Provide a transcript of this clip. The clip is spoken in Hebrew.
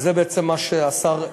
וזה בעצם מה שהשר,